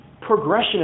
progression